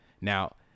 Now